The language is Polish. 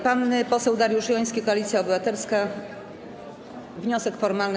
Pan poseł Dariusz Joński, Koalicja Obywatelska, wniosek formalny.